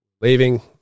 leaving